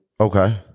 Okay